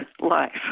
life